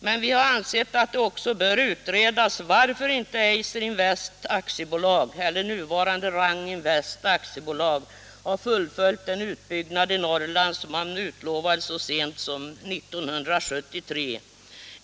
Men vi har ansett att det också bör utredas varför inte Eiser Invest AB eller nuvarande Rang Invest AB fullföljt den utbyggnad i Norrland som man utlovade så sent som 1973.